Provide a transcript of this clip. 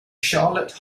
charlotte